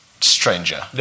stranger